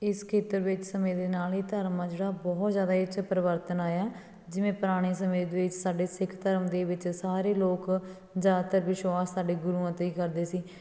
ਇਸ ਖੇਤਰ ਵਿੱਚ ਸਮੇਂ ਦੇ ਨਾਲ ਹੀ ਧਰਮ ਆ ਜਿਹੜਾ ਬਹੁਤ ਜ਼ਿਆਦਾ ਇਹ 'ਚ ਪਰਿਵਰਤਨ ਆਇਆ ਜਿਵੇਂ ਪੁਰਾਣੇ ਸਮੇਂ ਦੇ ਵਿੱਚ ਸਾਡੇ ਸਿੱਖ ਧਰਮ ਦੇ ਵਿੱਚ ਸਾਰੇ ਲੋਕ ਜ਼ਿਆਦਾਤਰ ਵਿਸ਼ਵਾਸ ਸਾਡੇ ਗੁਰੂਆਂ 'ਤੇ ਕਰਦੇ ਸੀ